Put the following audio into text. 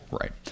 Right